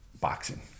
Boxing